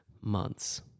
months